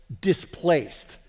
displaced